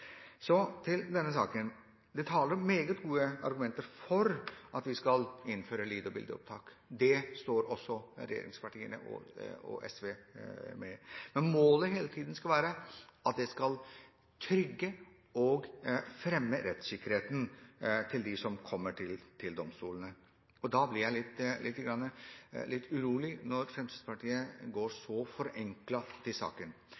Så til denne saken. Det taler meget gode argumenter for at vi skal innføre lyd- og bildeopptak. Det er også regjeringspartiene og SV med på. Men målet skal hele tiden være at det skal trygge og fremme rettssikkerheten til dem som kommer til domstolene, og da blir jeg litt urolig når Fremskrittspartiet ser så forenklet på saken.